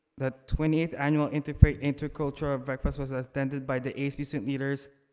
the twentieth annual interfaith, interculture breakfast was ah attended by the asbc leaders,